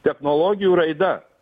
technologijų raida